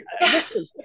Listen